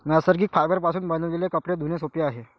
नैसर्गिक फायबरपासून बनविलेले कपडे धुणे सोपे आहे